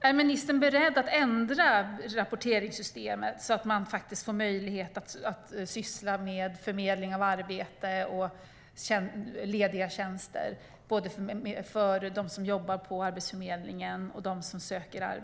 Är ministern beredd att ändra rapporteringssystemet, så att arbetsförmedlarna faktiskt får möjlighet att syssla med förmedling av arbete och lediga tjänster?